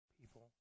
people